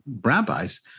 rabbis